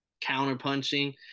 counter-punching